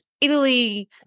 Italy